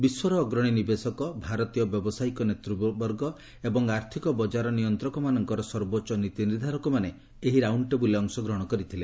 ବିଶ୍ୱର ଅଗ୍ରଣୀ ନିବେଶକ ଭାରତୀୟ ବ୍ୟବସାୟୀକ ନେତୃବର୍ଗ ଏବଂ ଆର୍ଥିକ ବଜାର ନିୟନ୍ତ୍ରଣକମାନଙ୍କର ସର୍ବୋଚ୍ଚ ନୀତିନିର୍ଦ୍ଧାରକ ମାନେ ଏହି ରାଉଣ୍ଡ ଟେବୁଲ୍ରେ ଅଂଶଗ୍ରହଣ କରିଥିଲେ